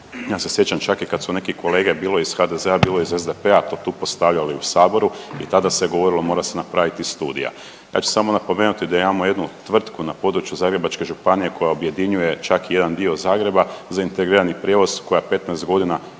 Ja se sjećam čak i kad su neki kolege bilo iz HDZ-a, bilo iz SDP-a tu postavljali u Saboru i tada se govorilo mora se napraviti studija. Ja ću samo napomenuti da imamo jednu tvrtku na području Zagrebačke županije koja objedinjuje čak i jedan dio Zagreba za integrirani prijevoz, koja 15 godina